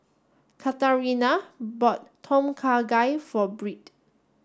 Katharina bought Tom Kha Gai for Byrd